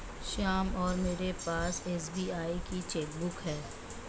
श्याम और मेरे पास एस.बी.आई की चैक बुक है